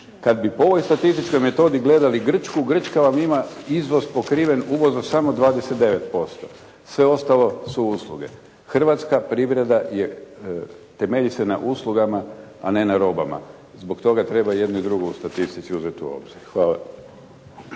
Kad bi po ovoj statističkoj metodi gledali Grčku, Grčka vam ima izvoz pokriven uvozom samo 29%. Sve ostalo su usluge. Hrvatska privreda temelji se na uslugama a ne na robama. Zbog toga treba jedno i drugo u statistici uzet u obzir. Hvala.